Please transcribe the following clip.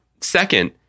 Second